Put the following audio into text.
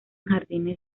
jardines